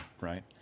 right